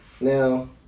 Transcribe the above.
Now